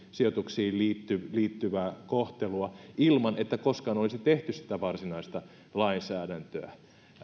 sijoituksiin liittyvää kohtelua ilman että koskaan olisi tehty sitä varsinaista lainsäädäntöä